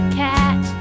cat